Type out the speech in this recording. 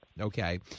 okay